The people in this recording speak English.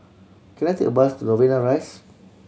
can I take a bus to Novena Rise